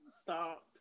Stop